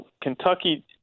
Kentucky